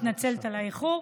אני מתנצלת על האיחור.